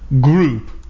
group